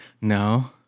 No